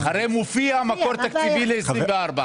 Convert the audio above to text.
הרי מופיע מקור תקציבי ל-2024.